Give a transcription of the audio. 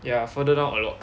ya further down a lot